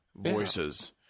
voices